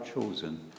chosen